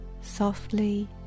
softly